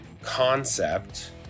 concept